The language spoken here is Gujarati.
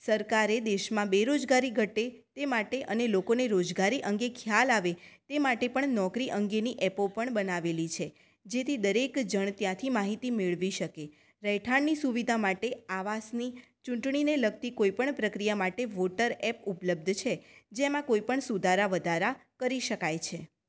સરકારે દેશમાં બેરોજગારી ઘટે એ માટે અને લોકોને રોજગારી અંગે ખ્યાલ આવે એ માટે પણ નોકરી અંગેની એપો પણ બનાવેલી છે જેથી દરેક જણ ત્યાંથી માહિતી મેળવી શકે રહેઠાણની સુવિધા માટે આવાસની ચૂંટણીને લગતી કોઈ પણ પ્રક્રિયા માટે વોટર એપ ઉપલબ્ધ છે જેમાં કોઈ પણ સુધારા વધારા કરી શકાય છે